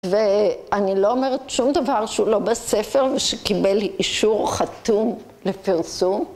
ואני לא אומרת שום דבר שהוא לא בספר ושקיבל אישור חתום לפרסום.